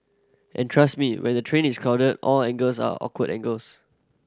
and trust me when the train is crowded all angles are awkward angles